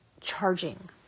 charging